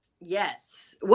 Yes